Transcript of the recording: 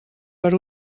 per